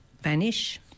Vanish